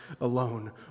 alone